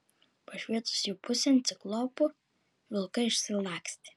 pašvietus jų pusėn ciklopu vilkai išsilakstė